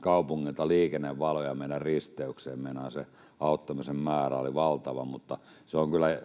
kaupungilta liikennevaloja meidän risteykseen, meinaan se auttamisen määrä oli valtava. Mutta se on kyllä